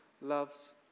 loves